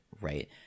right